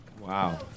Wow